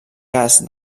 cas